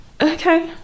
okay